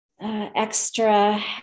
extra